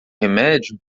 remédio